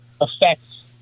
affects